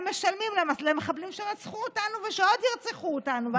משלמים למחבלים שרצחו אותנו ושעוד ירצחו אותנו.